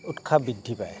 উৎসাহ বৃদ্ধি পায়